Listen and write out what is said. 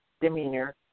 demeanor